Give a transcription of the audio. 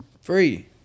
Free